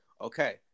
Okay